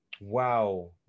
Wow